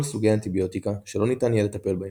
סוגי האנטיביוטיקה שלא ניתן יהיה לטפל בהם.